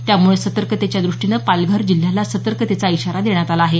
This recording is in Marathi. त्यामुळे सतर्कतेच्या दुष्टीनं पालघर जिल्ह्याला सतर्कतेचा इशारा देण्यात आला आहे